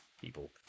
people